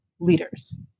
leaders